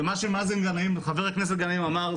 ומה שחבר הכנסת גנאים אמר,